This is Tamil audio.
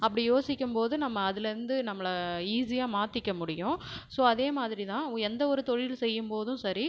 அப்டி யோசிக்கும் போது நம்ம அதிலேருந்து நம்மளை ஈசியாக மாற்றிக்க முடியும் ஸோ அதேமாதிரி தான் எந்த ஒரு தொழில் செய்யும் போதும் சரி